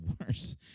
worse